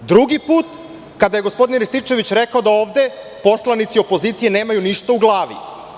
Drugi put, kada je gospodin Rističević rekao da ovde poslanici opozicije nemaju ništa u glavi.